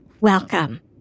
Welcome